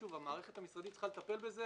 המערכת המשרדית צריכה לטפל בזה,